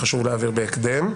וחשוב להעביר בהקדם.